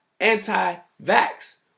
anti-vax